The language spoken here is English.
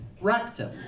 rectum